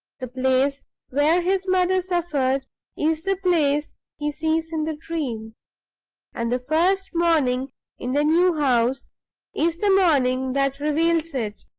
the place where his mother suffered is the place he sees in the dream and the first morning in the new house is the morning that reveals it,